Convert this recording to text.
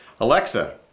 Alexa